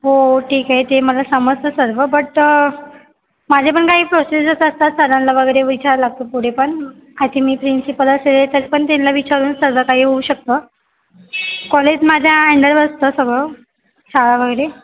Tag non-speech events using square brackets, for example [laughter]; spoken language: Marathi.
हो ठीक आहे ते मला समजतं सर्व बट माझे पण काही प्रोसिजर्स असतात सरांना वगैरे विचार लागतं पुढे पण [unintelligible] मी प्रिंसिपल असेल तरी पण त्यांना विचारूनच सर्व काही होऊ शकतं कॉलेज माझ्या अंडर असतं सगळं शाळा वगैरे